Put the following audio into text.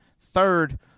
Third